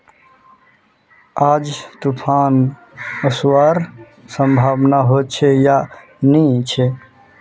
आज तूफ़ान ओसवार संभावना होचे या नी छे?